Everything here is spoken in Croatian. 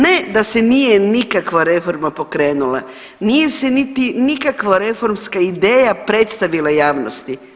Ne da se nije nikakva reforma napravila, nije se niti nikakva reformska ideja predstavila javnosti.